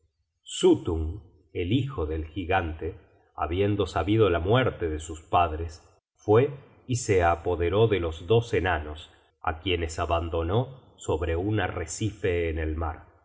el hijo del gigante habiendo sabido la muerte de sus padres fue y se apoderó de los dos enanos á quienes abandonó sobre un arrecife en el mar los